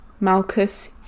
Malchus